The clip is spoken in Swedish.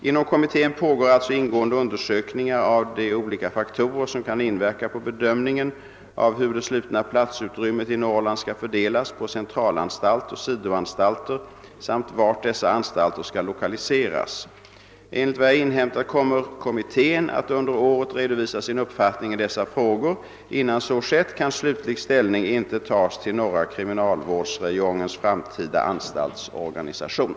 Inom kommittén pågår alltså ingående undersökningar av de olika faktorer som kan inverka på bedömningen av hur det slutna platsutrymmet i Norrland skall fördelas på centralanstalt och sidoanstalter samt vart dessa anstalter skall lokaliseras. Enligt vad jag inhämtat kommer kommittén att under året redovisa sin uppfattning i dessa frågor. Innan så skett kan slutlig ställning inte tas till norra kriminalvårdsräjongens framtida anstaltsorganisation.